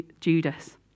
Judas